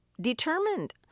Determined